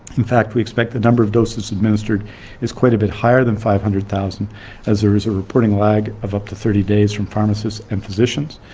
in fact, we expect the number of doses administered is quite a bit higher than five hundred thousand as there is a reporting lack of up to thirty days from promises and positions.